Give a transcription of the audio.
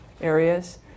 areas